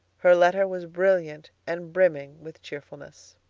her letter was brilliant and brimming with cheerfulness.